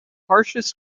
harshest